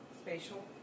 spatial